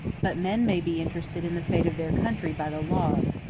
but men may be interested in the fate of their country by the laws.